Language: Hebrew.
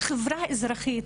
החברה האזרחית,